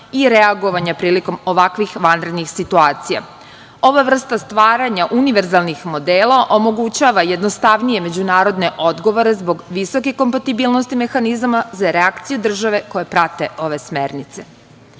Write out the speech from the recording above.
i reagovanja prilikom ovakvih vanrednih situacija. Ova vrsta stvaranja univerzalnih modela omogućava jednostavnije međunarodne odgovore zbog visoke kompatibilnosti mehanizama za reakcije države koje prate ove